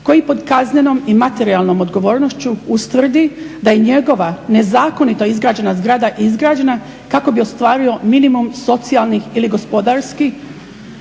koji pod kaznenom i materijalnom odgovornošću ustvrdi da je njegova nezakonito izgrađena zgrada izgrađena kako bi ostvario minimum socijalni ili gospodarski,